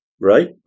Right